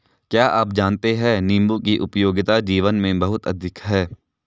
क्या आप जानते है नीबू की उपयोगिता जीवन में बहुत अधिक है